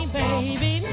baby